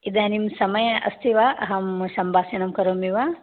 इदानीं समय अस्ति वा अहं सम्भाषणं करोमि वा